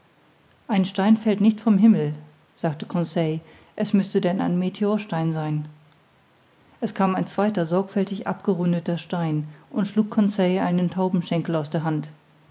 ein stein fällt nicht vom himmel sagte conseil es müßte denn ein meteorstein sein es kam ein zweiter sorgfältig abgerundeter stein und schlug conseil einen taubenschenkel aus der hand